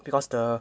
because the